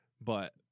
But-